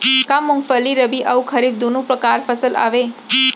का मूंगफली रबि अऊ खरीफ दूनो परकार फसल आवय?